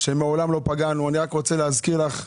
שלא פגענו, אני מזכיר לך,